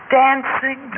dancing